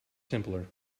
simpler